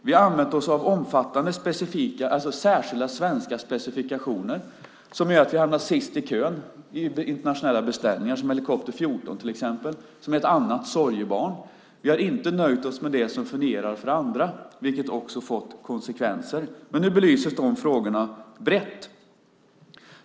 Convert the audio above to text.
Vi har använt oss av omfattande särskilda svenska specifikationer som har gjort att vi hamnat sist i kön vid internationella beställningar, till exempel helikopter 14, som är ett annat sorgebarn. Vi har inte nöjt oss med det som fungerar för andra, vilket också har fått konsekvenser. Men nu belyses de frågorna brett.